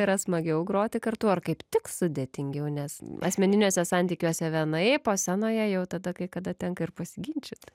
yra smagiau groti kartu ar kaip tik sudėtingiau nes asmeniniuose santykiuose vienaip o scenoje jau tada kai kada tenka ir pasiginčyt